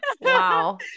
Wow